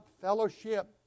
fellowship